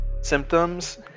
symptoms